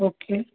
okay